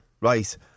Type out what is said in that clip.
right